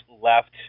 left